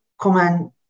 comment